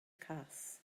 cas